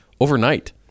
overnight